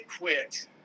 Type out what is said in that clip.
quit